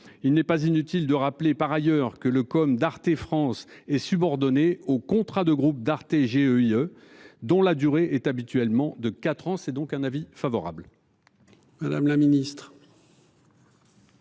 il n'est pas inutile de rappeler par ailleurs que le comme d'Arte France est subordonnée au contrat de groupe d'Arte GEIE dont la durée est habituellement de 4 ans, c'est donc un avis favorable. Madame la Ministre.